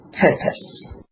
purpose